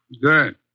Good